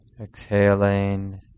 Exhaling